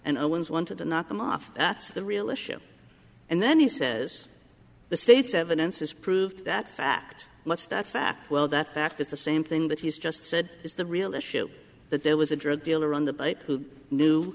and owens wanted to knock him off that's the real issue and then he says the state's evidence has proved that fact much that fact well that fact is the same thing that he's just said is the real issue that there was a drug dealer on the butt who